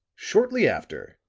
shortly after,